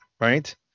right